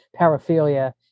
paraphilia